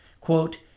Quote